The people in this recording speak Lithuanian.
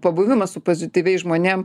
pabuvimas su pozityviais žmonėm